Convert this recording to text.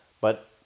but-